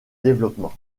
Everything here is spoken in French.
développement